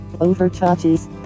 overcharges